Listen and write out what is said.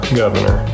governor